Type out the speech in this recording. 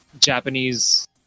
Japanese